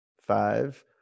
Five